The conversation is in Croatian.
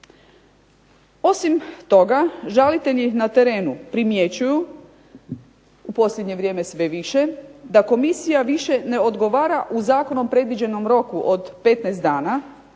Osim toga žalitelji na terenu primjećuju u posljednje vrijeme sve više da komisija više ne odgovara u zakonom predviđenom roku od 15 dana,